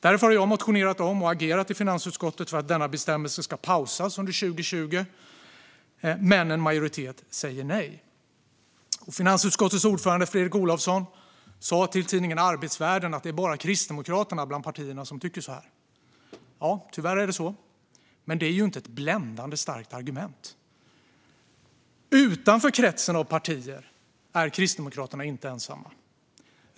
Därför har jag motionerat om och agerat i finansutskottet för att denna bestämmelse ska pausas under 2020, men en majoritet säger nej. Finansutskottets ordförande Fredrik Olovsson sa till tidningen Arbetsvärlden att det bara är Kristdemokraterna bland partierna som tycker så här. Ja, tyvärr är det så. Men det är inte ett bländande starkt argument. Utanför kretsen av partier är Kristdemokraterna inte ensamma.